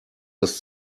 das